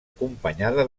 acompanyada